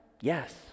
Yes